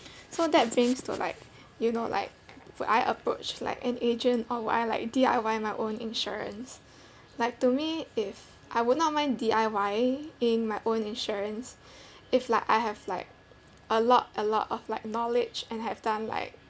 so that brings to like you know like would I approach like an agent or would I like D_I_Y my own insurance like to me if I would not mind D_I_Y in my own insurance if like I have like a lot a lot of like knowledge and have time like